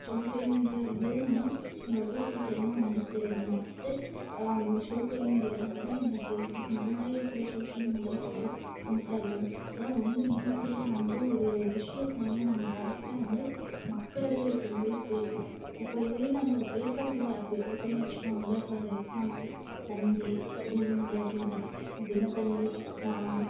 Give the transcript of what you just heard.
social media இல்லைன்னா நமக்கு சீக்கிரமாக வந்து சேராது மற்ற சோஷியல் மீடியாவை விட இந்த ஃபேஸ் புக் இந்தமாதிரி இருக்கிற சோஷியல் மீடியாஸ்லெல்லாம் இன்ஸ்டாக்ராம் இதெல்லாம் ரொம்ப ஈஸியாக வந்து ஒரு விஷயத்த வந்து நம்ம டேரெக்டாக வந்து மக்களுக்கே எடுத்துன்னு போய் சேர்க்குறோம் இப்போ இதுவே நம்ம ஒரு பேப்பரில் அப்படி கொடுக்குறோன்னு வச்சுக்கோங்களேன் ஃபார் எக்ஸ்சாம்பிள் தந்தி தினமலர் தினத்தந் தினத்தந்தி